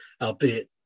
albeit